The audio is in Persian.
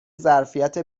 ظرفیت